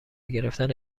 گرفتن